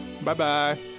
Bye-bye